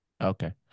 Okay